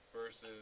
versus